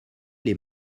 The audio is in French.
les